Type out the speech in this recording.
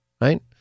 right